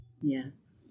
Yes